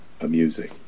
amusing